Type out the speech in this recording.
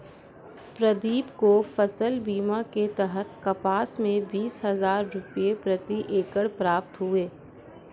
प्रदीप को फसल बीमा के तहत कपास में बीस हजार रुपये प्रति एकड़ प्राप्त हुए